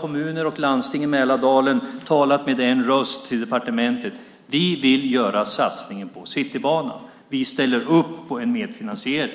kommuner och landsting i Mälardalen har med en röst talat med departementet och sagt: Vi vill göra satsningen på Citybanan. Vi ställer upp på en medfinansiering.